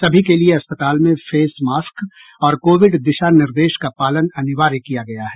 सभी के लिए अस्पताल में फेस मास्क और कोविड दिशा निर्देश का पालन अनिवार्य किया गया है